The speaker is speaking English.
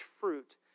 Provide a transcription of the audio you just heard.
fruit